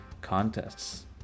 contests